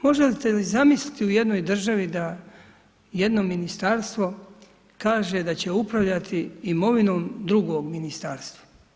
Možete li zamisliti u jednoj državi, da jedno ministarstvo kaže da će upravljati imovinom drugog ministarstva.